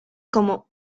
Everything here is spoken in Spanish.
como